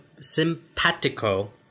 simpatico